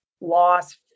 loss